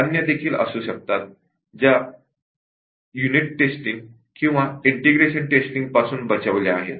अन्य बग देखील असू शकतात ज्या युनिट टेस्टिंग किंवा ईंटेग्रेशन टेस्टिंग पासून सुटल्या आहेत